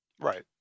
Right